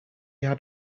had